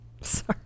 sorry